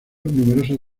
numerosas